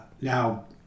now